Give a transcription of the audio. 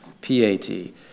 P-A-T